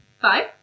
Five